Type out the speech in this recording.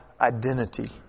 identity